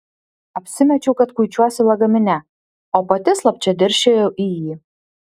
apsimečiau kad kuičiuosi lagamine o pati slapčia dirsčiojau į jį